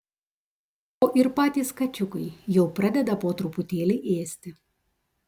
o ir patys kačiukai jau pradeda po truputėlį ėsti